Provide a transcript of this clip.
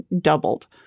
doubled